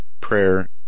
prayer